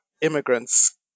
immigrants